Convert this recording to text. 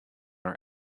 our